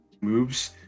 moves